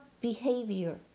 behavior